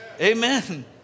Amen